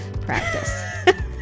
practice